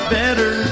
better